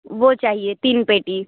वो चाहिए तीन पेटी